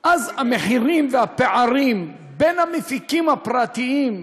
אז המחירים והפערים בין המפיקים הפרטיים,